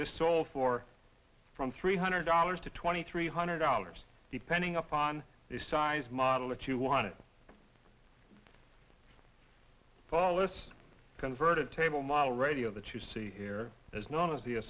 this all for from three hundred dollars to twenty three hundred dollars depending upon the size model that you want to follow this converted table model radio that you see here as long as the